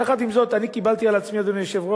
יחד עם זאת אני קיבלתי על עצמי, אדוני היושב-ראש,